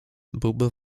byłby